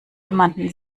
jemanden